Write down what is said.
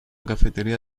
cafetería